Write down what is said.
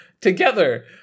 together